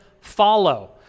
follow